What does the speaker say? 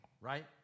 Right